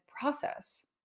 process